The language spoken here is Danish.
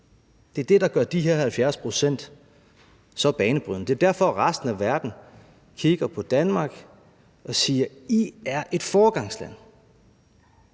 Det er det, der gør de her 70 pct. så banebrydende. Det er derfor, at resten af verden kigger på Danmark og siger: I er et foregangsland.